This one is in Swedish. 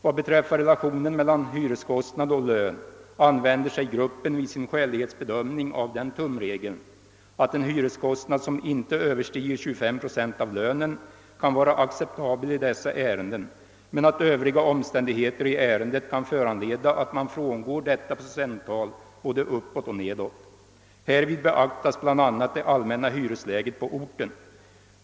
Vad beträffar relationen mellan hyreskostnad och lön använder sig gruppen vid sin skälighetsbedömning av den tumregeln, att en hyreskostnad som inte överstiger 25 procent av lönen kan vara acceptabel i dessa ärenden men att övriga omständigheter i ärendet kan föranleda att man frångår detta procenttal både uppåt och nedåt. Härvid beaktas bl.a. det allmänna hyresläget på orten.